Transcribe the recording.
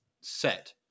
set